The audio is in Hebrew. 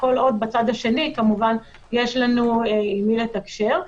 כל עוד בצד השני יש לנו עם מי לתקשר.